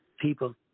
people